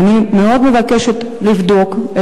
ואני מאוד מבקשת לבדוק,